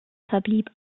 verblieb